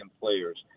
players